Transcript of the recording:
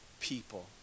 people